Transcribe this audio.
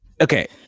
okay